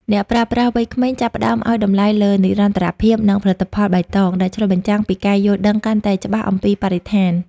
អ្នកប្រើប្រាស់វ័យក្មេងចាប់ផ្ដើមឱ្យតម្លៃលើ "និរន្តរភាព" និង "ផលិតផលបៃតង" ដែលឆ្លុះបញ្ចាំងពីការយល់ដឹងកាន់តែច្បាស់អំពីបរិស្ថាន។